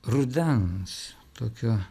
rudens tokio